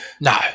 no